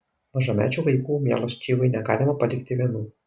mažamečių vaikų mielas čyvai negalima palikti vienų